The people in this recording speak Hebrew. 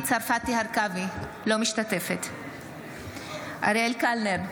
אינה משתתפת בהצבעה אריאל קלנר,